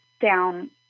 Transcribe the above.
down